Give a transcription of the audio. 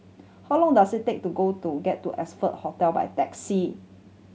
how long does it take to go to get to Oxford Hotel by taxi